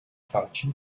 function